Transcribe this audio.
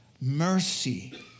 mercy